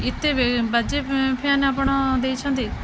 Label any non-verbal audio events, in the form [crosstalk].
ଏତେ [unintelligible] ବାଜେ ଫ୍ୟାନ୍ ଆପଣ ଦେଇଛନ୍ତି